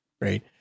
right